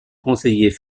conseiller